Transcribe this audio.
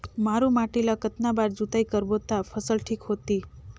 मारू माटी ला कतना बार जुताई करबो ता फसल ठीक होती?